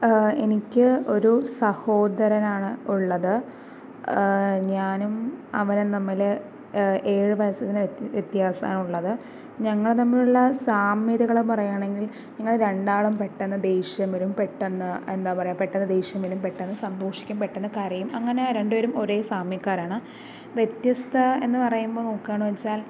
എനിക്ക് ഒരു സഹോദരനാണ് ഉള്ളത് ഞാനും അവനും തമ്മിൽ ഏഴ് വയസ്സിൻ്റെ വ്യത്യാസമാണ് ഉള്ളത് ഞങ്ങൾ തമ്മിലുള്ള സാമ്യതകളും പറയുകയാണെങ്കിൽ ഞങ്ങൾ രണ്ടാളും പെട്ടന്ന് ദേഷ്യം വരും പെട്ടന്ന് എന്താ പറയുക പെട്ടന്ന് ദേഷ്യം വരും പെട്ടന്ന് സന്തോഷിക്കും പെട്ടന്ന് കരയും അങ്ങനെ രണ്ട് പേരും ഒരേ സാമ്യക്കാരാണ് വ്യത്യസ്ഥ എന്ന് പറയുമ്പോൾ നോക്കുവാണോന്ന് വച്ചാൽ